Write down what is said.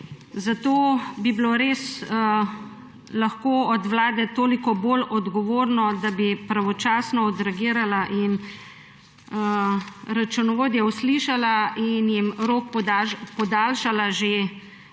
Zato bi bilo res lahko od vlade toliko bolj odgovorno, da bi pravočasno odreagirala in računovodje uslišala in jim rok podaljšala že